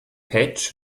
patch